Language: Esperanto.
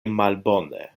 malbone